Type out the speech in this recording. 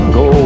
go